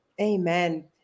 Amen